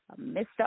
Mr